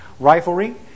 Riflery